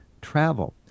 travel